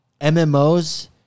MMOs